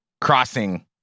crossing